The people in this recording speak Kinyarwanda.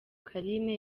carine